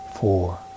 four